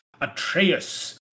Atreus